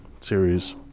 series